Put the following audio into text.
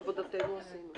אנחנו את עבודתנו עשינו.